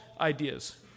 ideas